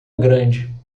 grande